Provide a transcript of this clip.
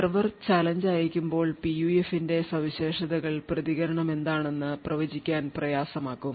server challenge അയയ്ക്കുമ്പോൾ PUF ന്റെ സവിശേഷതകൾ പ്രതികരണം എന്താണെന്ന് പ്രവചിക്കാൻ പ്രയാസമാക്കും